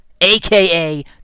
aka